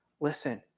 listen